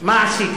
מה עשיתי,